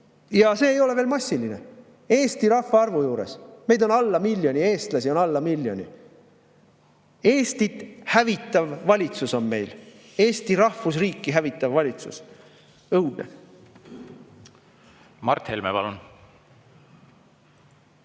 Ja see ei ole veel massiline Eesti rahvaarvu juures! Meid on alla miljoni, eestlasi on alla miljoni. Eestit hävitav valitsus on meil, Eesti rahvusriiki hävitav valitsus. Õudne! Mart Helme, palun!